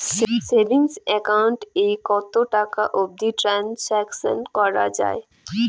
Savings account এ কতো টাকা অবধি ট্রানসাকশান করা য়ায়?